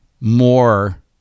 more